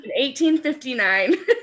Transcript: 1859